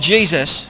Jesus